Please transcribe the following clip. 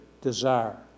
desire